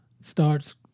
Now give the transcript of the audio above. starts